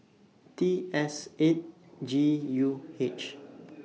T S eight G U H